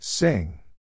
Sing